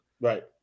right